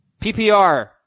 PPR